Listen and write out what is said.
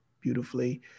beautifully